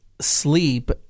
sleep